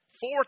Four